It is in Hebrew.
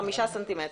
חמישה סנטימטרים.